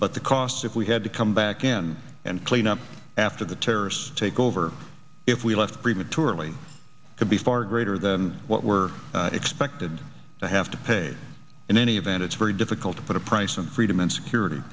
but the cost if we had to come back in and clean up after the terrorists take over if we left prematurely could be far greater than what we're expected to have to pay in any event it's very difficult to put a price on freedom and security